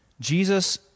Jesus